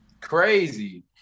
Crazy